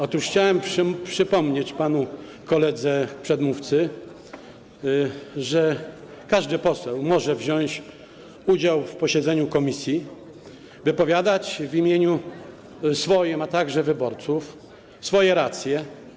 Otóż chciałem przypomnieć panu koledze przedmówcy, że każdy poseł może wziąć udział w posiedzeniu komisji, wypowiadać w swoim imieniu, a także wyborców, swoje racje.